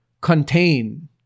contain